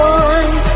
one